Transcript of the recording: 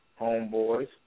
Homeboys